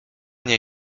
nie